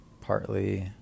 Partly